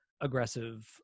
aggressive